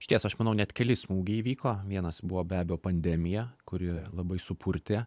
išties aš manau net keli smūgiai įvyko vienas buvo be abejo pandemija kuri labai supurtė